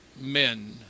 men